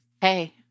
hey